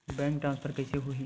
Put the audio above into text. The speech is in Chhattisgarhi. बैंक ट्रान्सफर कइसे होही?